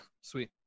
Sweet